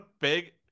big